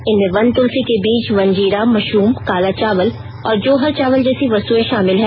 इनमें वन तुलसी के बीज वन जीरा मशरूम काला चावल और जोहर चावल जैसी वस्तुएं शामिल हैं